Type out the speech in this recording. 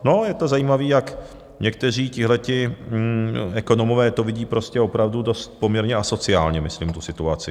No, je to zajímavé, jak někteří tihleti ekonomové to vidí prostě opravdu dost poměrně asociálně, myslím tu situaci.